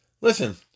listen